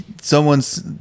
someone's